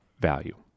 value